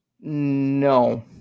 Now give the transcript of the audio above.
No